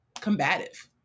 combative